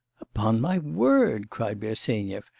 upon my word cried bersenyev.